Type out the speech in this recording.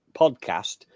podcast